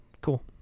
Cool